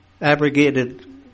abrogated